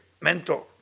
mentor